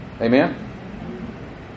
Amen